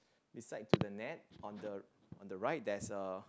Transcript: beside to the net on the on the right there's a